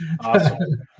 awesome